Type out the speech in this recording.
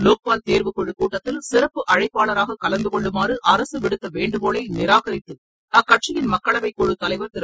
லோக்பால் தேர்வுக்குழுக் கூட்டத்தில் சிறப்பு அழைப்பாளராக கலந்து கொள்ளுமாறு அரசு விடுத்த வேண்டுகோளை நிராகரித்து அக்கட்சியின் மக்களவை குழுத்தலைவர் திரு